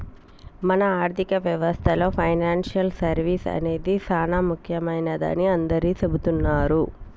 మన ఆర్థిక వ్యవస్థలో పెనాన్సియల్ సర్వీస్ అనేది సానా ముఖ్యమైనదని అందరూ సెబుతున్నారు